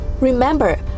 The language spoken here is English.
Remember